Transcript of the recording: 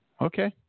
okay